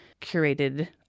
curated